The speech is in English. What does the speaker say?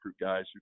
guys